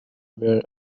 were